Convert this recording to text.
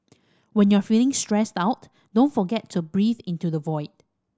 when you are feeling stressed out don't forget to breathe into the void